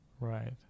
Right